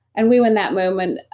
and we were in that moment,